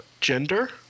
gender